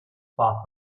far